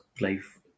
life